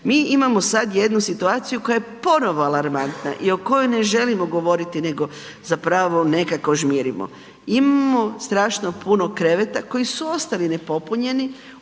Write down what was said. mi imamo sada jednu situaciju koja je ponovno alarmantna i o kojoj ne želimo govoriti nego zapravo nekako žmirimo. Imamo strašno puno kreveta koji su ostali nepopunjeni